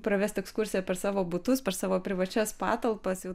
pravest ekskursiją per savo butus per savo privačias patalpas jau